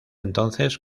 entonces